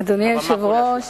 אדוני היושב-ראש,